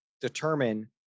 determine